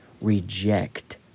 reject